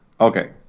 Okay